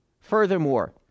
Furthermore